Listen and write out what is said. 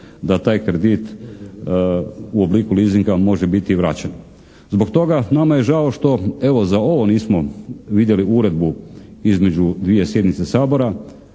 da taj kredit u obliku leasinga može biti vraćen. Zbog toga nama je žao što evo za ovo nismo vidjeli uredbu između dvije sjednice Sabora.